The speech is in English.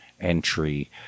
entry